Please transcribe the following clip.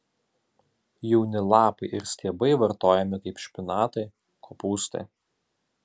jauni lapai ir stiebai vartojami kaip špinatai kopūstai